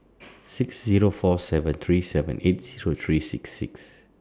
six Zero four seven three seven eight Zero three six